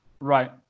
Right